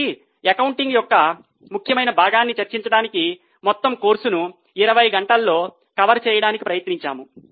కాబట్టి అకౌంటింగ్ యొక్క ముఖ్యమైన భాగాన్ని చర్చించడానికి మొత్తం కోర్సును 20 గంటల్లో కవర్ చేయడానికి ప్రయత్నించాము